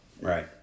Right